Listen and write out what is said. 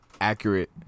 accurate